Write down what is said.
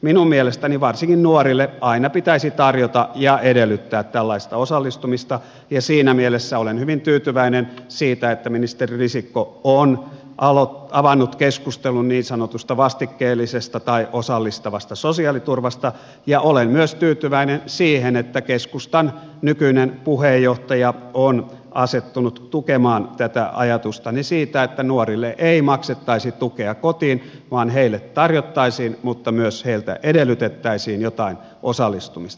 minun mielestäni varsinkin nuorille aina pitäisi tarjota ja heiltä edellyttää tällaista osallistumista ja siinä mielessä olen hyvin tyytyväinen siihen että ministeri risikko on avannut keskustelun niin sanotusta vastikkeellisesta tai osallistavasta sosiaaliturvasta ja olen myös tyytyväinen siihen että keskustan nykyinen puheenjohtaja on asettunut tukemaan tätä ajatustani siitä että nuorille ei maksettaisi tukea kotiin vaan heille tarjottaisiin mutta myös heiltä edellytettäisiin jotain osallistumista